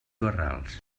barrals